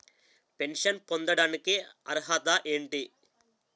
Pension పొందడానికి అర్హత ఏంటి?